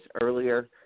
earlier